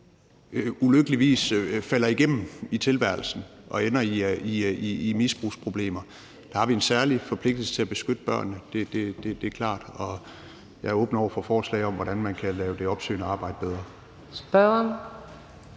ulykkeligvis falder igennem i tilværelsen og ender i misbrugsproblemer. Der har vi en særlig forpligtelse til at beskytte børnene, det er klart, og jeg er åben over for forslag om, hvordan man kan lave det opsøgende arbejde bedre.